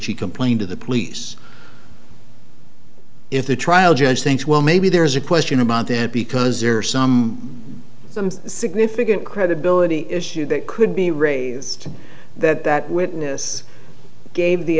she complained to the police if the trial judge thinks well maybe there's a question about that because there are some significant credibility issue that could be raised that that witness gave the